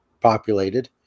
populated